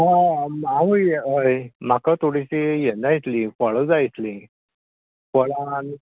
हां हांवूय हय म्हाका थोडीशी ह्ये जाय आशिल्ली फळां जाय आसलीं फळां